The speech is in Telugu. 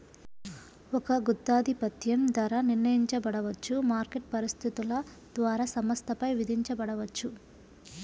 ఒక గుత్తాధిపత్యం ధర నిర్ణయించబడవచ్చు, మార్కెట్ పరిస్థితుల ద్వారా సంస్థపై విధించబడవచ్చు